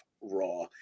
Raw